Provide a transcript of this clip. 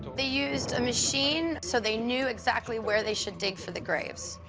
they used a machine, so they knew exactly where they should dig for the graves.